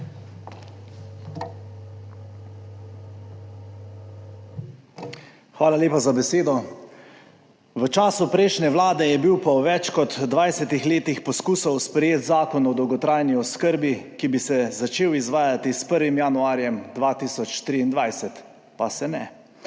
Hvala lepa za besedo. V času prejšnje Vlade je bil po več kot 20 letih poskusov sprejet zakon o dolgotrajni oskrbi, ki bi se začel izvajati s 1. januarjem 2023, pa se ne.